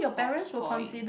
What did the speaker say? soft toys